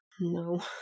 No